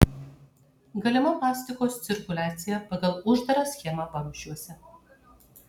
galima mastikos cirkuliacija pagal uždarą schemą vamzdžiuose